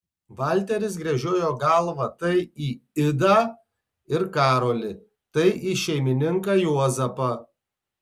valteris gręžiojo galvą tai į idą ir karolį tai į šeimininką juozapą